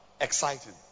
exciting